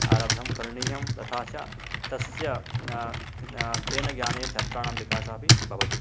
आरब्धं करणीयं तथा च तस्य तेन ज्ञानेन छत्राणां विकासः अपि भवति